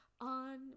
on